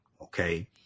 Okay